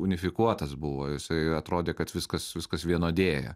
unifikuotas buvo jisai atrodė kad viskas viskas vienodėja